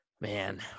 Man